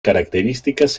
características